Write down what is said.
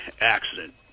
accident